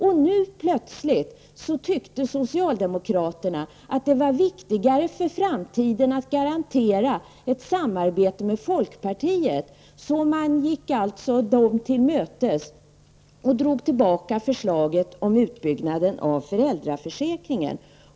Men sedan ansåg socialdemokraterna plötsligt att det var viktigare att för framtiden garantera ett samarbete med folkpartiet. Man gick därför folkpartiet till mötes och drog tillbaka förslaget om utbyggnaden av föräldraförsäkringen.